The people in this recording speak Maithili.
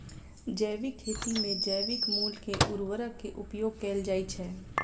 जैविक खेती मे जैविक मूल के उर्वरक के उपयोग कैल जाइ छै